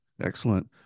excellent